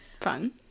Fun